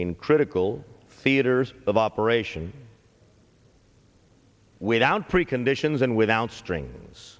in critical theaters of operation without preconditions and without strings